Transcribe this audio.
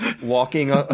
walking